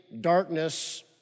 darkness